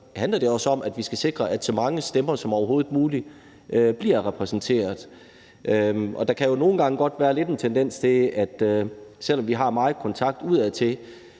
handler om, at vi skal sikre, at så mange stemmer som overhovedet muligt bliver repræsenteret. Der kan jo nogle gange godt være en tendens til, at der, selv om vi har meget kontakt udadtil